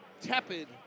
tepid